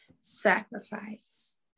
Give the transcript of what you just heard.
Sacrifice